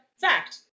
fact